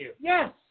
Yes